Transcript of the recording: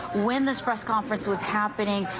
when this press conference was happening,